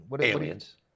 Aliens